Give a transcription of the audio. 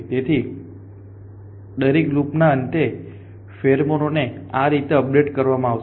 તેથી દરેક લૂપના અંતે ફેરોમોનને આ રીતે અપડેટ કરવામાં આવે છે